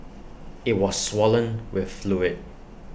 IT was swollen with fluid